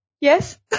Yes